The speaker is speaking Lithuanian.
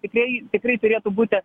tikrai tikrai turėtų būti